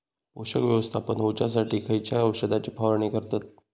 पोषक व्यवस्थापन होऊच्यासाठी खयच्या औषधाची फवारणी करतत?